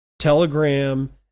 Telegram